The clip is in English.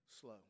slow